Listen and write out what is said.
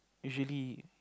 usually